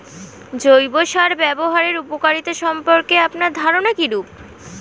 জৈব সার ব্যাবহারের উপকারিতা সম্পর্কে আপনার ধারনা কীরূপ?